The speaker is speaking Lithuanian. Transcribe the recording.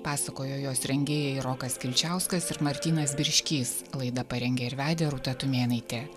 pasakojo jos rengėjai rokas kilčiauskas ir martynas birškys laidą parengė ir vedė rūta tumėnaitė